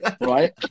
right